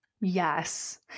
yes